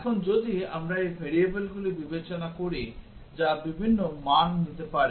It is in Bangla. এখন যদি আমরা এই variableগুলি বিবেচনা করি যা বিভিন্ন মান নিতে পারে